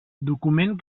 document